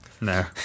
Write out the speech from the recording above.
No